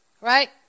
Right